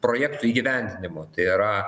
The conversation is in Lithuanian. projektų įgyvendinimo tai yra